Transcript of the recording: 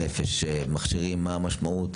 מה המשמעות?